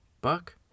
Buck